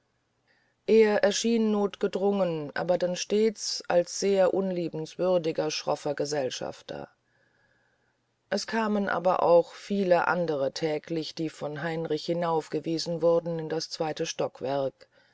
er erschien notgedrungen aber dann stets als sehr unliebenswürdiger schroffer gesellschafter es kamen aber auch viele andere täglich die von heinrich hinaufgewiesen wurden in das zweite stockwerk